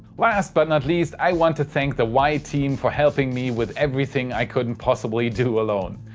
last but not least i want to thank the wai team for helping me with everything i couldn't possibly do alone!